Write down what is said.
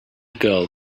girl